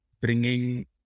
bringing